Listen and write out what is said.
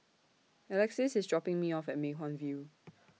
Alexys IS dropping Me off At Mei Hwan View